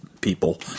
people